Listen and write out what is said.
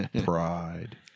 Pride